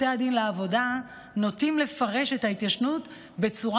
בתי הדין לעבודה נוטים לפרש את ההתיישנות בצורה